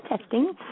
testing